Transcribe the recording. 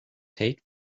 take